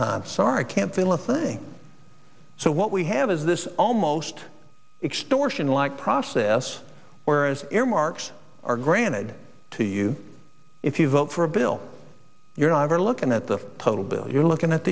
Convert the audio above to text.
time sorry can't feel a thing so what we have is this almost extortion like process where as earmarks are granted to you if you vote for a bill you're either looking at the total bill you're looking at